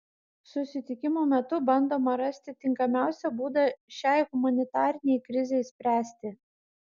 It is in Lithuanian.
susitikimo metu bandoma rasti tinkamiausią būdą šiai humanitarinei krizei spręsti